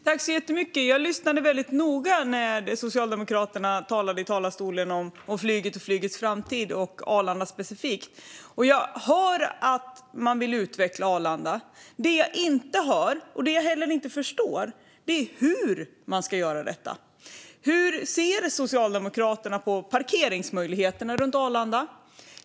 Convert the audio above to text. Herr talman! Jag har lyssnat väldigt noga på Socialdemokraternas tal från talarstolen om flyget och dess framtid och specifikt om Arlanda, och jag har hört att man vill utveckla Arlanda. Det som jag inte hör och heller inte förstår är hur man ska göra detta. Hur ser Socialdemokraterna på parkeringsmöjligheterna runt Arlanda?